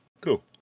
Cool